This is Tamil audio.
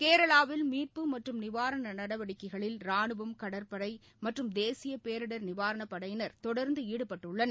கேரளாவில் மீட்பு மற்றும் நிவாரண நடவடிக்கைகளில் ராணுவம் கடற்படை மற்றும் தேசிய பேரிடர் நிவாரணப் படையினர் தொடர்ந்து ஈடுபட்டுள்ளனர்